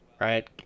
right